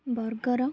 ବର୍ଗର